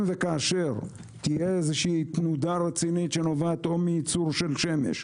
וכאשר תהיה איזו תנודה רצינית שנובעת או מייצר של שמש,